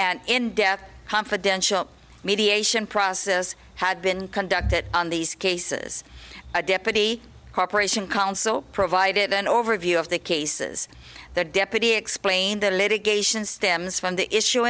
said in death confidential mediation process had been conducted on these cases a deputy corporation counsel provided an overview of the cases the deputy explained the litigation stems from the